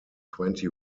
twenty